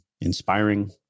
inspiring